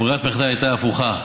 ברירת המחדל הייתה הפוכה: